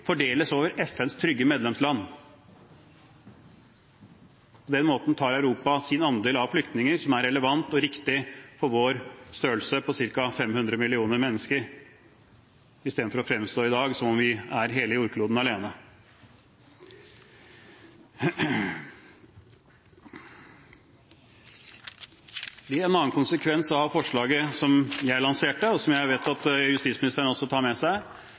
fordeles over FNs trygge medlemsland. På den måten tar Europa sin andel av flyktninger som er relevant og riktig for vår størrelse på ca. 500 millioner mennesker, istedenfor som i dag å fremstå som om vi er hele jordkloden alene. En annen konsekvens av forslaget som jeg lanserte, og som jeg vet at justisministeren også tar med seg,